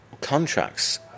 contracts